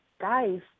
guys